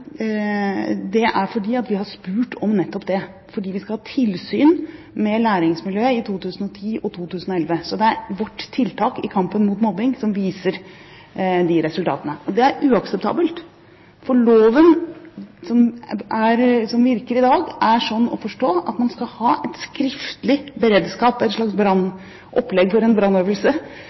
at vi har spurt om nettopp det, fordi vi skal ha tilsyn med læringsmiljøet i 2010 og 2011. Det er vårt tiltak i kampen mot mobbing som viser disse resultatene. Det er uakseptabelt, for loven som virker i dag, er slik å forstå at man skal ha skriftlig beredskap – et opplegg for en slags brannøvelse